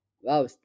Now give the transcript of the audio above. Wow